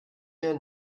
mehr